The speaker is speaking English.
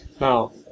Now